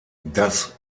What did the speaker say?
das